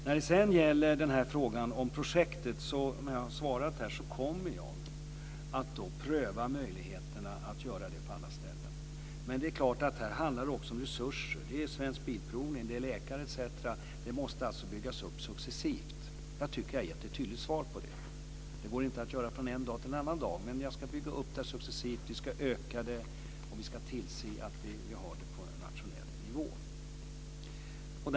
När det sedan gäller frågan om projektet kommer jag, som jag har svarat, att pröva möjligheterna att införa det på alla ställen. Men här handlar det också om resurser. Det handlar om Bilprovningen, läkare etc. Det måste alltså byggas upp successivt. Det går inte att göra detta från en dag till en annan, men vi ska bygga upp det, öka det och tillse att vi har det på en nationell nivå.